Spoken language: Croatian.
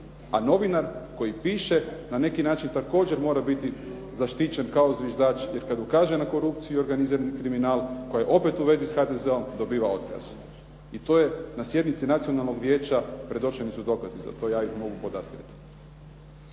a novinar koji piše na neki način također mora biti zaštićen kao zviždač jer kad ukaže na korupciju i organizirani kriminal koje je opet u vezi s HDZ-om dobiva otkaz. I to na sjednici Nacionalnog vijeća predočeni su dokazi za to, ja ih mogu podastrijeti.